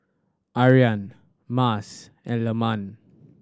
Aryan Mas and Leman